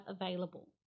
available